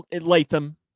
Latham